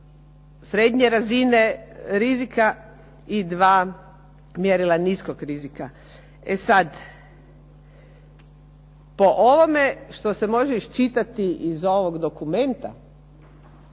srednje razine rizika i dva mjerila niskog rizika. E sada, po ovome što se može iščitati iz ovog dokumenta,